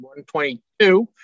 122